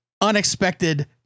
unexpected